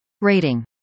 Rating